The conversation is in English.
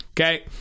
Okay